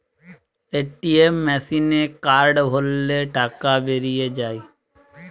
ATM মেসিনে card ভরলে টাকা বেরিয়ে যায়